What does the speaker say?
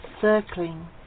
circling